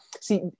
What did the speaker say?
See